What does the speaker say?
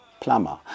plumber